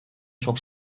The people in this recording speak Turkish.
çok